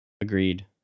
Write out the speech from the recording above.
agreed